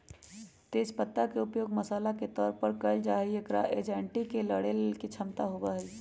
तेज पत्ता के उपयोग मसाला के तौर पर कइल जाहई, एकरा एंजायटी से लडड़े के क्षमता होबा हई